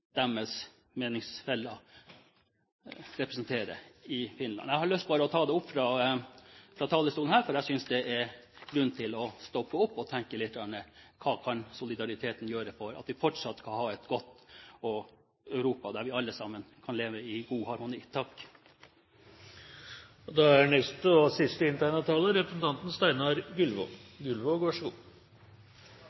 deres meningsfeller representerer i Finland. Jeg har bare lyst til å ta det opp fra talerstolen, for jeg synes det er grunn til å stoppe opp og tenke litt over hva solidariteten kan gjøre for at vi fortsatt skal ha et godt Europa, der vi alle sammen kan leve i harmoni.